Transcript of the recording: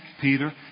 Peter